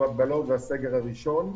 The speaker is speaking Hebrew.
ההגבלות והסגר הראשון.